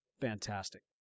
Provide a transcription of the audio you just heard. fantastic